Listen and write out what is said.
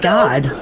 God